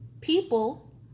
people